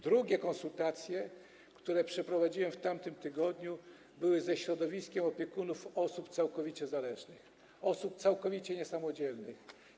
Drugie konsultacje, które przeprowadziłem w tamtym tygodniu, były ze środowiskiem opiekunów osób całkowicie zależnych, osób całkowicie niesamodzielnych.